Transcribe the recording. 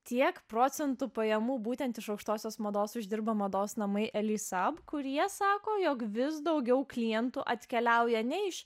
tiek procentų pajamų būtent iš aukštosios mados uždirba mados namai eli sab kurie sako jog vis daugiau klientų atkeliauja ne iš